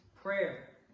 Prayer